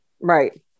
Right